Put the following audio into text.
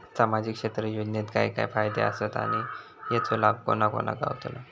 सामजिक क्षेत्र योजनेत काय काय फायदे आसत आणि हेचो लाभ कोणा कोणाक गावतलो?